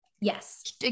Yes